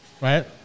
right